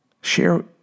Share